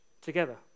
together